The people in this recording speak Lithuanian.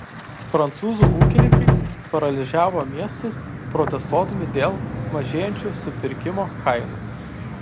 prancūzų ūkininkai paralyžiavo miestus protestuodami dėl mažėjančių supirkimo kainų